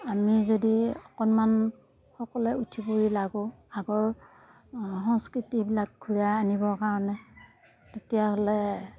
আমি যদি অকণমান সকলোৱে উঠি পৰি লাগো আগৰ সংস্কৃতিবিলাক ঘূৰাই আনিবৰ কাৰণে তেতিয়াহ'লে